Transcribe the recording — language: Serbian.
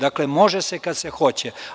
Dakle, može se kad se hoće.